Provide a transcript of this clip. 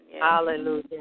Hallelujah